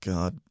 God